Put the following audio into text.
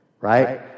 right